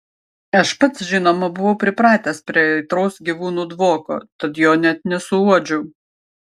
aš pats žinoma buvau pripratęs prie aitraus gyvūnų dvoko tad jo net nesuuodžiau